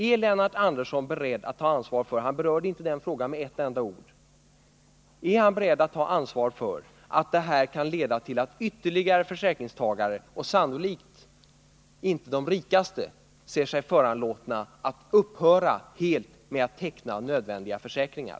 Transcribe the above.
Är Lennart Andersson beredd att ta ansvaret — han berörde inte den frågan med ett enda ord — för att detta kan leda till att ytterligare försäkringstagare — och sannolikt inte de rikaste — ser sig föranlåtna att helt upphöra med att teckna nödvändiga försäkringar?